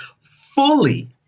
fully